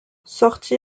sorti